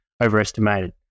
overestimated